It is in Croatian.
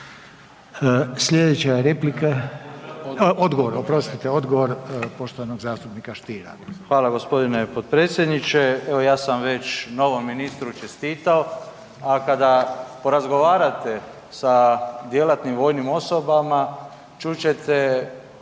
**Stier, Davor Ivo (HDZ)** Hvala gospodine potpredsjedniče. Evo ja sam već novom ministru čestitao, a kada porazgovarate sa djelatnim vojnim osobama čut ćete